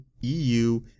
EU